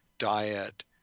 diet